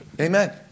Amen